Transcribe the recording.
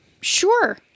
Sure